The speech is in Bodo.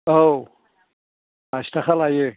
औ आसि थाखा लायो